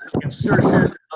insertion